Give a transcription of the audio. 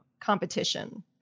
competition